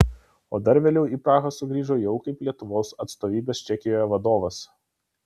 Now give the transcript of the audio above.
o dar vėliau į prahą sugrįžau jau kaip lietuvos atstovybės čekijoje vadovas